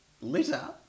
Litter